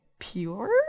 Pure